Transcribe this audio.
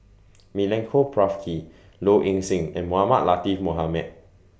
Milenko Prvacki Low Ing Sing and Mohamed Latiff Mohamed